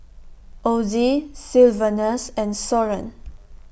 Ozie Sylvanus and Soren